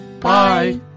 Bye